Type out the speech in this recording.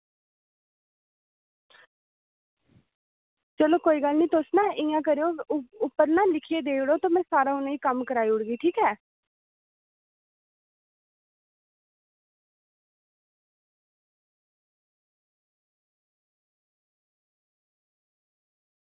चलो कोई गल्ल निं तुस ना इ'यां करेओ उप्पर ना लिखियै देई ओड़ेओ ते में ना सारा उ'नें ई कम्म कराई ओड़गी ठीक ऐ